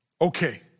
Okay